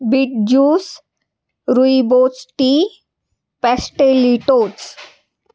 bit juice rooibos tea pastelitos